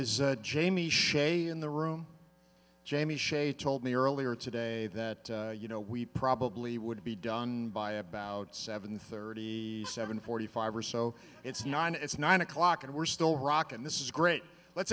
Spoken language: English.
is jamie shea in the room jamie shea told me earlier today that you know we probably would be done by about seven thirty seven forty five or so it's not it's nine o'clock and we're still rock and this is great let's